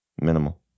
Minimal